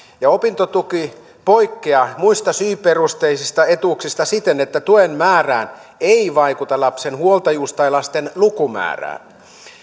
opintotuki poikkeaa muista syyperusteisista etuuksista siten että tuen määrään ei vaikuta lapsen huoltajuus tai lasten lukumäärä